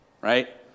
right